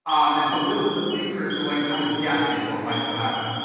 um and so this is the future. so like kind of guessing what might still happen.